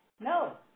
No